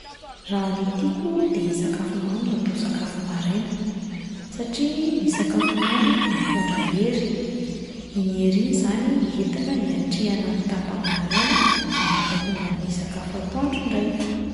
Raha ny tiako de ny sakafo mamy no atao sakafo maraina satria ny sakafo mamy mitondra hery, iny hery iny izany entina hiatrehana ny tapany maraina mandrapahatonga ny sakafo atoandro indray.